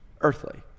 earthly